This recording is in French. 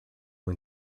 ont